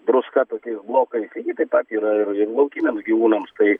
druska tokiais blokais lygiai taip yra ir laukiniams gyvūnams tai